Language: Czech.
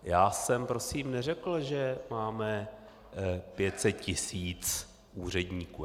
Já jsem prosím neřekl, že máme 500 tisíc úředníků.